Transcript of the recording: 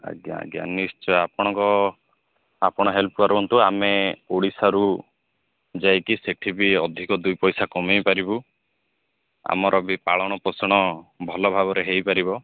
ଆଜ୍ଞା ଆଜ୍ଞା ନିଶ୍ଚୟ ଆପଣଙ୍କ ଆପଣ ହେଲ୍ପ କରନ୍ତୁ ଆମେ ଓଡ଼ିଶାରୁ ଯାଇକି ସେଠିବି ଅଧିକ ବୁଇ ପଇସା କମେଇ ପାରିବୁ ଆମର ବି ପାଳନ ପୋଷଣ ଭଲ ଭାବରେ ହୋଇପାରିବ